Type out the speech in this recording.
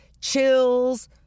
chills